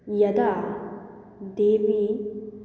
यदा देवीं